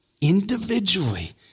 individually